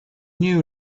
new